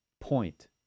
point